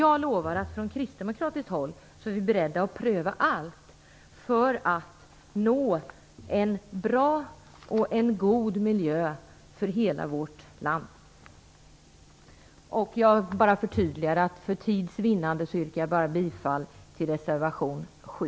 Jag lovar att vi från kristdemokratiskt håll är beredda att pröva allt för att få en bra och en god miljö i hela vårt land. Jag vill förtydliga att jag för tids vinnande yrkar bifall bara till reservation 7.